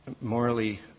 Morally